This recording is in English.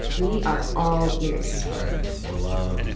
we are all ears alright, well um,